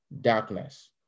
darkness